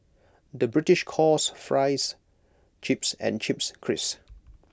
the British calls Fries Chips and Chips Crisps